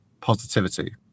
positivity